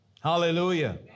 Hallelujah